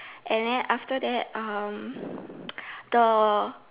and then after that um the